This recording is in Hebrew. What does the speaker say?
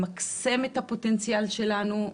למקסם את הפוטנציאל שלנו,